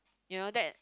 you know that